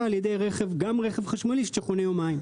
גם על ידי רכב חשמלי שחונה יומיים.